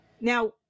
Now